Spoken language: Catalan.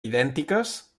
idèntiques